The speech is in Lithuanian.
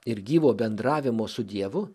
ir gyvo bendravimo su dievu